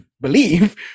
believe